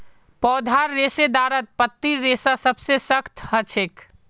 पौधार रेशेदारत पत्तीर रेशा सबसे सख्त ह छेक